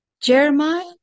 Jeremiah